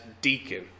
deacon